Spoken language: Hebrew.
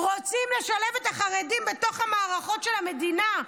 רוצים לשלב את החרדים בתוך המערכות של המדינה,